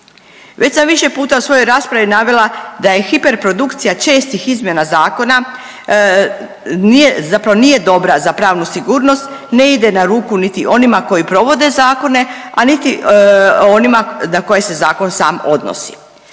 Već sam više puta u svojoj raspravi navela da je hiperprodukcija čestih izmjena zakona, nije, zapravo nije dobra za pravnu sigurnost, ne ide na ruku niti onima koji provode zakone, a niti onima na koje se zakon sam odnosi.